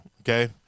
Okay